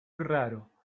raro